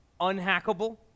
unhackable